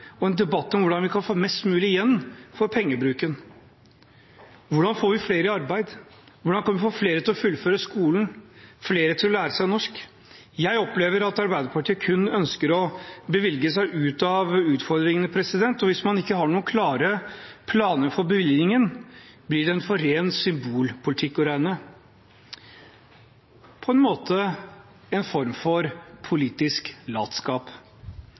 og en debatt om hvordan vi kan få mest mulig igjen for pengebruken. Hvordan får vi flere i arbeid, og hvordan kan vi få flere til å fullføre skolen og flere til å lære seg norsk? Jeg opplever at Arbeiderpartiet kun ønsker å bevilge seg ut av utfordringene, og hvis man ikke har noen klare planer for bevilgningen, blir den for ren symbolpolitikk å regne – på en måte en form for politisk latskap.